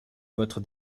votre